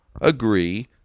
agree